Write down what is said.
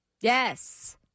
Yes